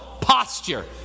posture